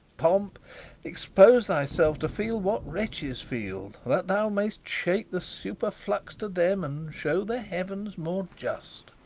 pomp expose thyself to feel what wretches feel, that thou mayst shake the superflux to them and show the heavens more just.